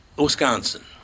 Wisconsin